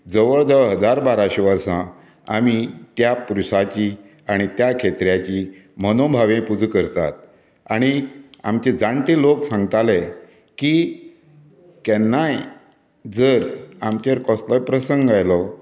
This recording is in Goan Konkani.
जवळ जवळ हजार बाराशें वर्सां आमी त्या पुरसाची आनी त्या खेत्र्याची मनोभावे पुजा करतात आनी आमचे जाण्टे लोक सांगताले की केन्नाय जर आमचेर कसलोय प्रसंग आयलो